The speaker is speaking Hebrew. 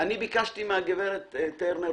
הודעתי לגב' טרנר,